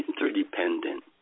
interdependent